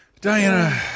Diana